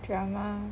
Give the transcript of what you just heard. drama